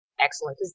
Excellent